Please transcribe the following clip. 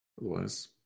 Otherwise